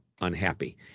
unhappy